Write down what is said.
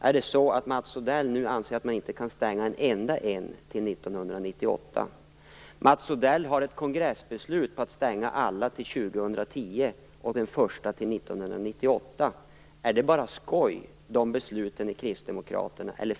Är det så att Mats Odell nu anser att man inte kan stänga en enda reaktor till 1998? Mats Odells parti har ett kongressbeslut på att alla reaktorer skall stängas till 2010 och den första reaktorn till 1998. Är dessa beslut av kristdemokraterna bara skoj?